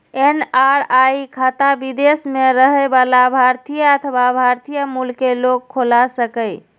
NRI खाता विदेश मे रहै बला भारतीय अथवा भारतीय मूल के लोग खोला सकैए